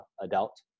adult